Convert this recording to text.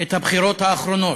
את הבחירות האחרונות,